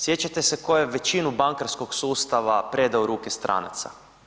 Sjećate se tko je većinu bankarskog sustava predao u ruke stranaca.